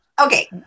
okay